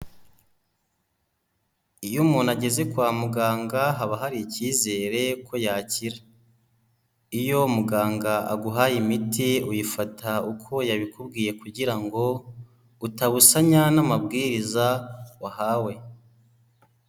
Iyo umuntu ageze kwa muganga, haba hari icyizere ko yakira. Iyo muganga aguhaye imiti, uyifata uko yabikubwiye kugira ngo utabusanya n'amabwiriza wahawe.